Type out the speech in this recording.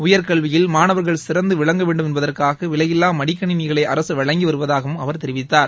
உயர்கல்வியில் மாணவர்கள் சிறந்த விளங்க வேண்டும் என்பதற்காக விலையில்லா மடிக்கணிகளை அரசு வழங்கி வருவதாகவும் அவர் தெரிவித்தார்